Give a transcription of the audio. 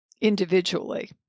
individually